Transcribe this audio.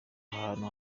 ahantu